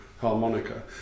harmonica